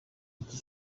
iki